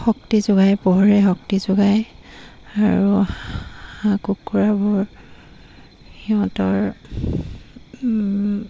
শক্তি যোগায় পোহৰে শক্তি যোগায় আৰু হাঁহ কুকুৰাবোৰ সিহঁতৰ